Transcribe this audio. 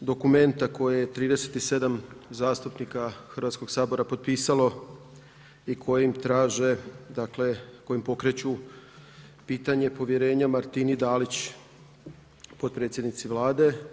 dokumenta koje je 37 zastupnika Hrvatskog sabora potpisalo i kojim traže dakle, kojim pokreću pitanje povjerenja Martini Dalić, potpredsjednici Vlade.